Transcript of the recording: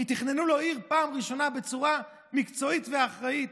כי תכננו לו עיר פעם ראשונה בצורה מקצועית ואחראית.